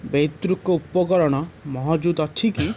ବୈଦ୍ୟୁତିକ ଉପକରଣ ମହଜୁଦ ଅଛି କି